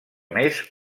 més